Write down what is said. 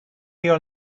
your